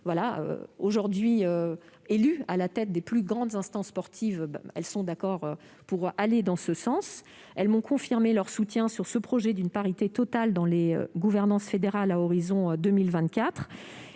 exceptionnelle, à la tête des plus grandes instances sportives, sont d'accord pour aller dans ce sens. Elles m'ont confirmé leur soutien pour le projet d'une parité totale dans les instances fédérales d'ici à 2024.